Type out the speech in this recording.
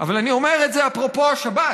אבל אני אומר את זה אפרופו השבת,